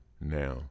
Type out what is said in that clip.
now